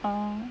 orh